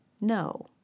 No